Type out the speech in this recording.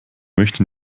möchte